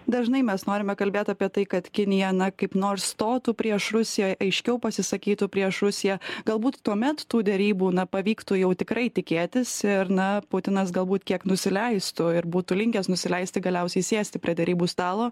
dažnai mes norime kalbėt apie tai kad kinija na kaip nors stotų prieš rusiją aiškiau pasisakytų prieš rusiją galbūt tuomet tų derybų na pavyktų jau tikrai tikėtis ir na putinas galbūt kiek nusileistų ir būtų linkęs nusileisti galiausiai sėsti prie derybų stalo